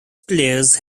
players